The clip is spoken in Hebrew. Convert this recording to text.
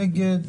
נגד?